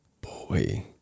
Boy